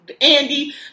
Andy